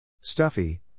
Stuffy